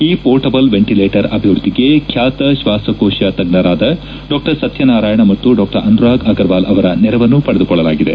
ಈ portable ventilator ಅಭಿವೃದ್ಧಿಗೆ ಖ್ಯಾತ ಶ್ವಾಸಕೋಶ ತಜ್ಞರಾದ ಡಾ ಸತ್ಯನಾರಾಯಣ ಮತ್ತು ಡಾ ಅನುರಾಗ್ ಅಗರ್ ವಾಲ್ ಅವರ ನೆರವನ್ನು ಪಡೆದುಕೊಳ್ಳಲಾಗಿದೆ